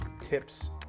tips